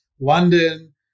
London